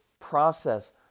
process